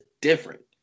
different